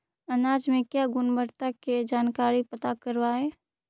अनाज मे क्या गुणवत्ता के जानकारी पता करबाय?